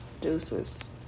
Deuces